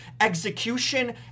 execution